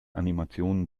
animationen